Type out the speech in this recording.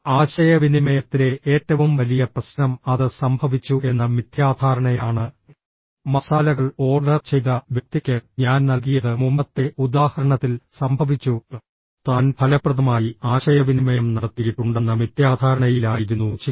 ആശയവിനിമയത്തിലെ ഏറ്റവും വലിയ പ്രശ്നം അത് സംഭവിച്ചു എന്ന മിഥ്യാധാരണയാണ് മസാലകൾ ഓർഡർ ചെയ്ത വ്യക്തിക്ക് ഞാൻ നൽകിയത് മുമ്പത്തെ ഉദാഹരണത്തിൽ സംഭവിച്ചു താൻ ഫലപ്രദമായി ആശയവിനിമയം നടത്തിയിട്ടുണ്ടെന്ന മിഥ്യാധാരണയിലായിരുന്നു ചിക്കൻ